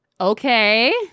Okay